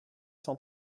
cent